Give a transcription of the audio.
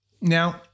Now